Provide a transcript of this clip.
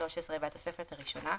13 והתוספת הראשונה ,